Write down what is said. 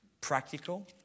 Practical